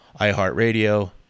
iHeartRadio